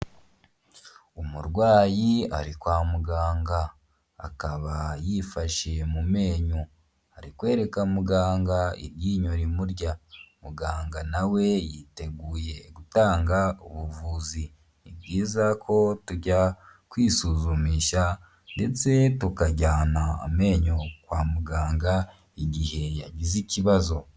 Umurwayi ari kwa muganga, akaba yifashe mu menyo, ari kwereka muganga irynyo rimurya, muganga nawe yiteguye gutanga ubuvuzi, ni byiza ko tujya kwisuzumisha ndetse tukajyana amenyo kwa muganga igihe yagize ikibazo.